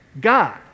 God